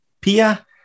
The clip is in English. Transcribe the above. Pia